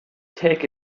take